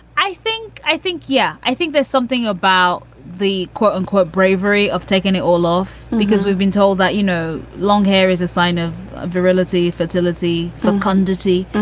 i think. i think yeah i think there's something about the quote unquote bravery of taking it all off, because we've been told that, you know, long hair is a sign of virility, fertility for quantity,